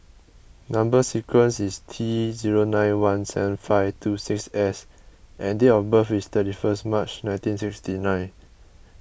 Number Sequence is T zero nine one seven five two six S and date of birth is thirty first March nineteen sixty nine